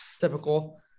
Typical